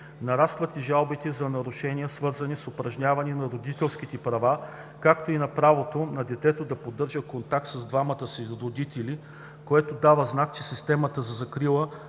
Нарастват и жалбите за нарушения, свързани с упражняване на родителските права, както и на правото на детето да поддържа контакт с двамата си родители, което дава знак, че системата за закрила